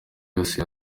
yose